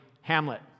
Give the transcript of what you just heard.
Hamlet